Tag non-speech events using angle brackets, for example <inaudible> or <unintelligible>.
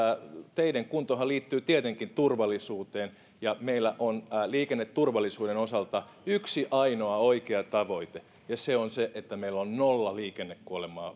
teiden kuntohan liittyy tietenkin turvallisuuteen ja meillä on liikenneturvallisuuden osalta yksi ainoa oikea tavoite ja se on se että meillä on nolla liikennekuolemaa <unintelligible>